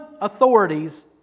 authorities